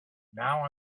now